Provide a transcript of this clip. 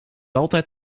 altijd